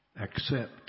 accept